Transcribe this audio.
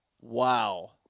wow